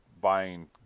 buying